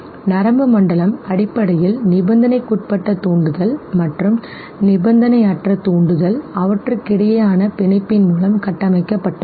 நரம்பு மண்டலம் அடிப்படையில் நிபந்தனைக்குட்பட்ட தூண்டுதல் மற்றும் நிபந்தனையற்ற தூண்டுதல் அவற்றுக்கிடையேயான பிணைப்பின் மூலம் கட்டமைக்கப்பட்டுள்ளது